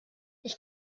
ich